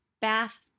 bath